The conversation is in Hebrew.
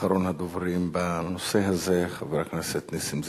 אחרון הדוברים בנושא הזה, חבר הכנסת נסים זאב.